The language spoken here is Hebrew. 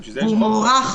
הוא מוארך